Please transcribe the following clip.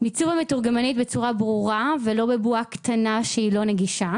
מיצוב המתורגמנית בצורה ברורה ולא בבועה קטנה שהיא לא נגישה,